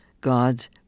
God's